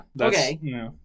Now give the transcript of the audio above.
Okay